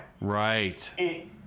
right